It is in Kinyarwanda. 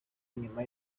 nyuma